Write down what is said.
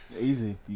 easy